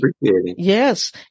yes